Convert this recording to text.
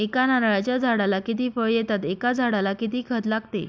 एका नारळाच्या झाडाला किती फळ येतात? एका झाडाला किती खत लागते?